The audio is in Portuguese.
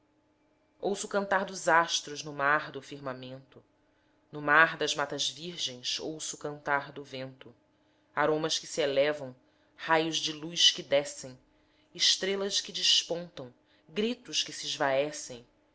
o cantar dos astros no mar do firmamento no mar das matas virgens ouço o cantar do vento aromas que s'elevam raios de luz que descem estrelas que despontam gritos que se